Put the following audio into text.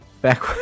Back